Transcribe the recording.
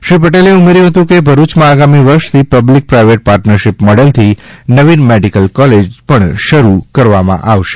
શ્રી પટેલે ઉમેર્યું હતું કે ભરૂચમાં આગામી વર્ષેથી પબ્લિક પ્રાઈવેટ પાર્ટનરશીપ મોડેલથી નવીન મેડીકલ કોલેજ શરૂ કરવામાં આવશે